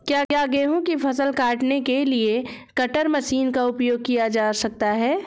क्या गेहूँ की फसल को काटने के लिए कटर मशीन का उपयोग किया जा सकता है?